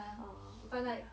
orh okay ah